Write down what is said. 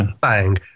bang